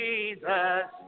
Jesus